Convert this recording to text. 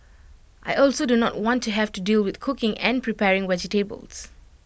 I also do not want to have to deal with cooking and preparing vegetables